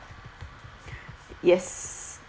yes